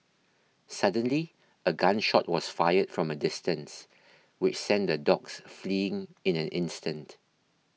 suddenly a gun shot was fired from a distance which sent the dogs fleeing in an instant